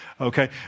Okay